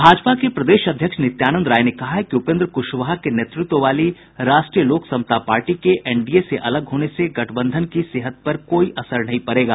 भाजपा के प्रदेश अध्यक्ष नित्यानंद राय ने कहा है कि उपेन्द्र कुशवाहा के नेतृत्व वाली राष्ट्रीय लोक समता पार्टी के एनडीए से अलग होने से गठबंधन की सेहत पर कोई असर नहीं पड़ेगा